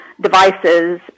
devices